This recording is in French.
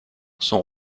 son